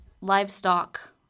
livestock